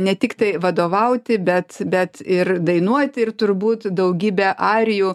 ne tik tai vadovauti bet bet ir dainuoti ir turbūt daugybę arijų